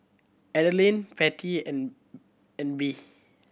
Adeline Patty and and Bea